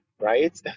right